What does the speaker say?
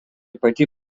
pati